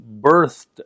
birthed